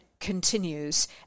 Continues